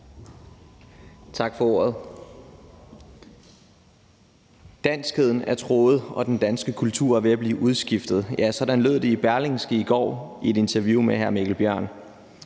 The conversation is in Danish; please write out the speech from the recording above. Tak for ordet. »Danskheden er truet, og den danske kultur er ved at blive udskiftet.« Sådan lød det i Berlingske i går i et interview med hr. Mikkel Bjørn.